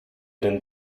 den